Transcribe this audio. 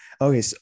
Okay